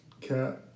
Cat